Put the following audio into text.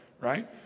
right